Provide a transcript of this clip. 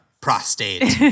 prostate